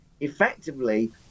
effectively